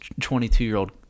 22-year-old